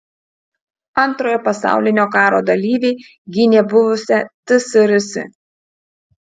antrojo pasaulinio karo dalyviai gynė buvusią tsrs